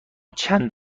چند